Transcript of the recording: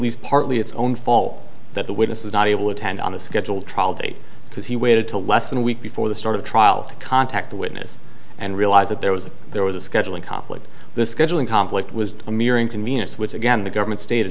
least partly its own fault that the witness was not able to attend on a scheduled trial date because he waited to less than a week before the start of the trial to contact a witness and realize that there was a there was a scheduling conflict the scheduling conflict was a mere inconvenience which again the government state